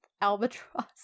albatross